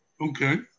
Okay